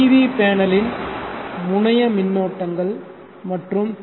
we பேனலின் முனைய முன்னோட்டங்கள் மற்றும் பி